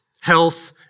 health